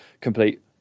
complete